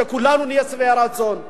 שכולנו נהיה שבעי-רצון?